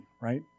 right